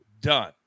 done